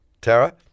Tara